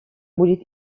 будет